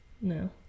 No